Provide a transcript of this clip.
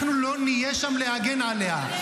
אנחנו לא נהיה שם להגן עליה,